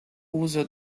uso